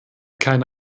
keine